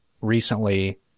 recently